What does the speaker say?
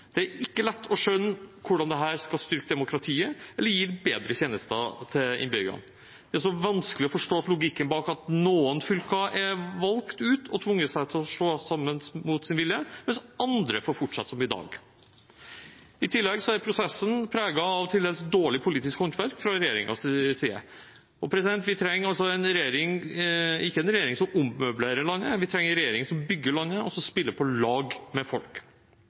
Det er ikke lett å skjønne hvordan dette skal styrke demokratiet eller gi bedre tjenester til innbyggerne. Det er også vanskelig å forstå logikken bak at noen fylker er valgt ut og tvunget til å slå seg sammen mot sin vilje, mens andre får fortsette som i dag. I tillegg er prosessen preget av til dels dårlig politisk håndverk fra regjeringens side. Vi trenger ikke en regjering som ommøblerer landet, vi trenger en regjering som bygger landet, og som spiller på lag med folk.